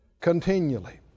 continually